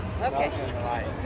Okay